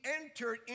entered